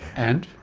and?